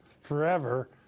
forever